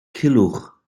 culhwch